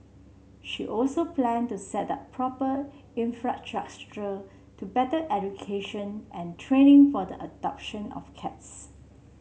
she also planed to set up proper to better education and training for the adoption of cats